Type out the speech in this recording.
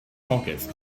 pockets